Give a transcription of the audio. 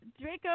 Draco